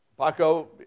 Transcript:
Paco